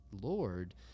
lord